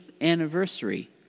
anniversary